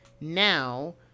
now